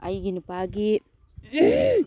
ꯑꯩꯒꯤ ꯅꯨꯄꯥꯒꯤ